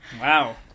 Wow